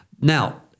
Now